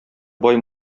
бай